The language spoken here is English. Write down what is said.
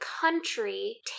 country